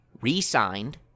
re-signed